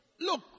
look